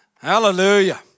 Hallelujah